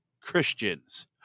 Christians